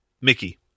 Mickey